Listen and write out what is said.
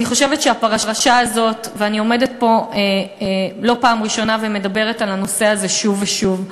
אני עומדת פה לא בפעם הראשונה ומדברת על הנושא הזה שוב ושוב.